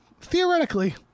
theoretically